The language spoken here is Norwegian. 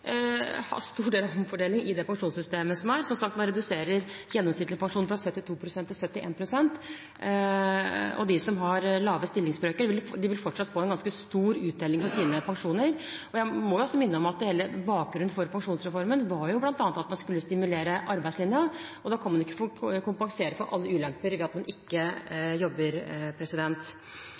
har vært før, vil i stor grad videreføres, men ikke i samme grad som tidligere. Man vil fortsatt ha stor omfordeling i det pensjonssystemet som er. Som sagt, man reduserer gjennomsnittlig pensjon fra 72 pst. til 71 pst., og de som har lave stillingsbrøker, vil fortsatt få en ganske stor uttelling i sine pensjoner. Jeg må minne om at bakgrunnen for pensjonsreformen bl.a. var at man skulle stimulere arbeidslinjen. Da kan man ikke kompensere for alle ulemper ved at man ikke jobber.